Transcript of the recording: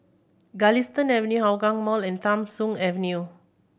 Galistan Avenue Hougang Mall and Tham Soong Avenue